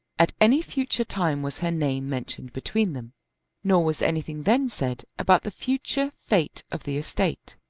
at any future time was her name mentioned between them nor was anything then said about the future fate of the estate.